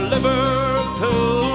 Liverpool